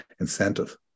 incentive